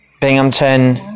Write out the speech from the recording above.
Binghamton